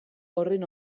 horren